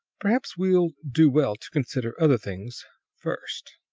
perhaps we'll do well to consider other things first.